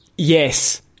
Yes